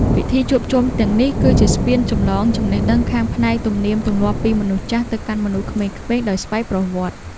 ពិធីជួបជុំទាំងនេះ គឺជាស្ពានចម្លងចំណេះដឹងខាងផ្នែកទំនៀមទម្លាប់ពីមនុស្សចាស់ទៅកាន់មនុស្សក្មេងៗដោយស្វ័យប្រវត្តិ។